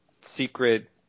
secret